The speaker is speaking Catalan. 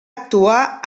actuar